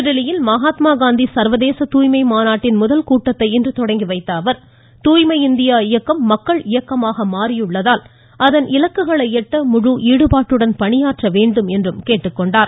புதுதில்லியில் மகாத்மா காந்தி சர்வதேச தூய்மை மாநாட்டின் முதல் கூட்டத்தை இன்று தொடங்கி வைத்த அவர் தூய்மை இந்தியா இயக்கம் மக்கள் இயக்கமாக மாறியுள்ளதால் அதன் இலக்குகளை எட்ட முழு ஈடுபாட்டுடன் பணியாற்ற வேண்டும் என்று கேட்டுக்கொண்டார்